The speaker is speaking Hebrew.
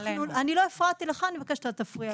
אני לא הפרעתי לך ואני מבקשת שלא תפריע לי.